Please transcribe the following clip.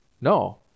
No